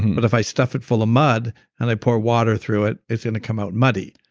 but if i stuff it full of mud and i pour water through it, it's going to come out muddy.